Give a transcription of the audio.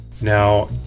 Now